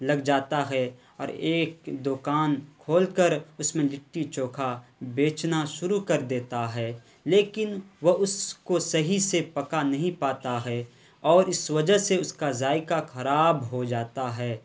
لگ جاتا ہے اور ایک دکان کھول کر اس میں لٹی چوکھا بیچنا شروع کر دیتا ہے لیکن وہ اس کو صحیح سے پکا نہیں پاتا ہے اور اس وجہ سے اس کا ذائقہ خراب ہو جاتا ہے